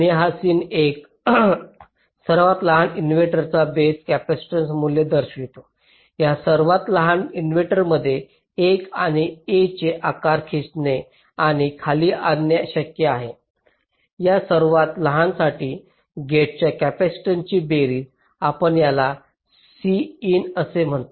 आणि हा सीन या सर्वात लहान इनव्हर्टरचा बेस कॅपेसिटन्स मूल्य दर्शवितो या सर्वात लहान इनव्हर्टरमध्ये 1 आणि A चे आकार खेचणे आणि खाली आणणे शक्य आहे या सर्वात लहानसाठी गेटच्या कपॅसिटीन्सची बेरीज आपण याला Cin असे म्हणतो